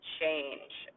change